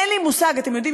אתם יודעים,